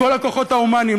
לכל הכוחות ההומניים,